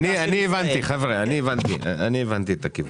אני הבנתי את הכיוון.